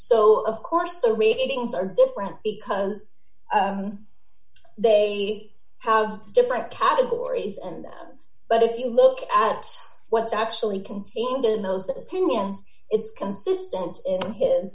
so of course the ratings are different because they have different categories and but if you look at what's actually contained in those opinions it's consistent in his